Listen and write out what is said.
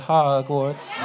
Hogwarts